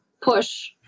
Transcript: push